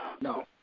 No